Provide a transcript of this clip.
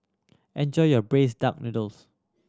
enjoy your braised duck noodles